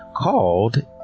called